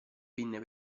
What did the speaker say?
pinne